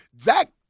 Zach